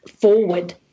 forward